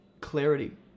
clarity